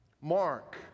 Mark